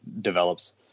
develops